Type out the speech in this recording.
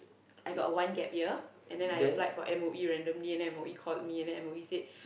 I got one gap year and then I applied for M_O_E randomly and M_O_E called me and then M_O_E said